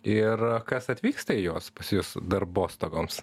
ir kas atvyksta į juos pas jus darbostogoms